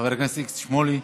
חבר הכנסת איציק שמולי,